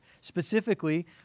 Specifically